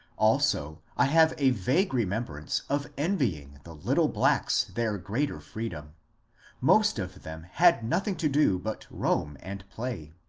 also, i have a vague remembrance of envying the little blacks their greater freedom most of them had nothing to do but roam and play.